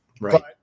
Right